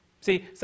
See